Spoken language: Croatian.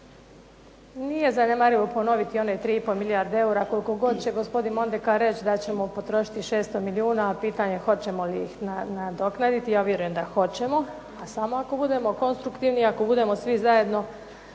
Nije zanemarivo ponoviti i one tri i pol milijarde eura koliko god će gospodin Mondekar reći da ćemo potrošiti 600 milijuna, a pitanje je hoćemo li ih nadoknaditi. Ja vjerujem da hoćemo, a samo ako budemo konstruktivni, ako budemo svi zajedno